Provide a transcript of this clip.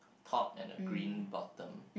top and a green bottom